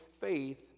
faith